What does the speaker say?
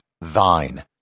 thine